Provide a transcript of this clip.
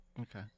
Okay